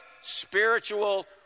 spiritual